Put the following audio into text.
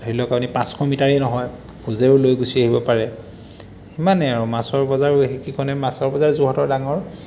ধৰি লওক আপুনি পাঁচশ মিটাৰে নহয় খোজেৰেও লৈ গুচি আহিব পাৰে সিমানে আৰু মাছৰ বজাৰ সেইকেইখনে মাছৰ বজাৰ যোৰহাটত ডাঙৰ